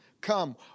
come